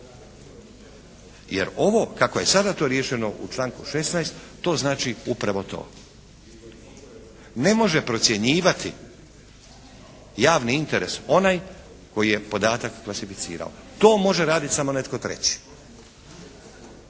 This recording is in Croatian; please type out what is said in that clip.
Jer ovo kako je sada to riješeno u članku 16. to znači upravo to. Ne može procjenjivati javni interes onaj koji je podatak klasificirao. To može radit samo netko treći.